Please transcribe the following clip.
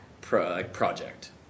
project